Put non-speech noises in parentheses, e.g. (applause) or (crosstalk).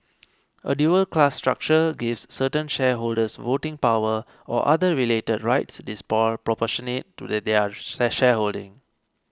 a dual class structure gives certain shareholders voting power or other related rights disproportionate to their (unintelligible) shareholding